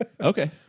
okay